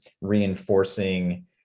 reinforcing